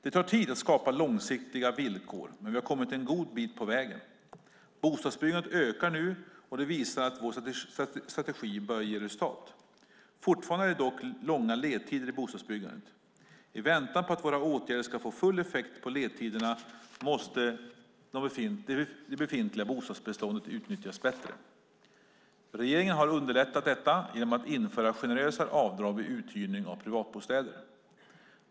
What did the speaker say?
Det tar tid att skapa långsiktiga villkor, men vi har kommit en god bit på väg. Bostadsbyggandet ökar nu och det visar att vår strategi börjar ge resultat. Fortfarande är det dock långa ledtider i bostadsbyggandet. I väntan på att våra åtgärder ska få full effekt på ledtiderna måste det befintliga bostadsbeståndet utnyttjas bättre. Regeringen har underlättat detta genom att införa generösare avdrag vid uthyrning av privatbostäder.